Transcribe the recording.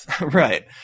Right